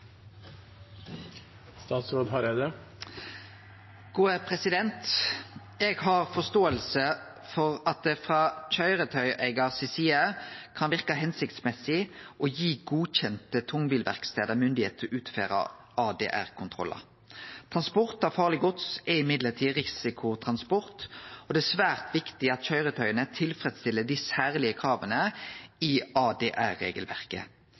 køyretøyeigar si side kan verke hensiktsmessig å gi godkjende tungbilverkstader myndigheit til å utføre ADR-kontrollar. Men transport av farleg gods er risikotransport, og det er svært viktig at køyretøya tilfredsstiller dei særlege krava i